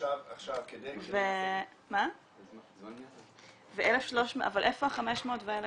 אבל איפה ה-500 וה-1,300?